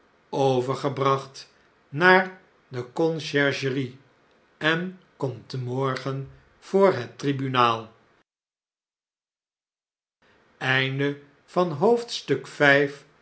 overgebracht naar de conciergerie en komt morgen voor het tribunaal